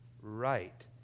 right